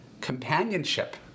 companionship